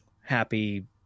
happy